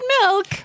Milk